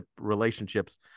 relationships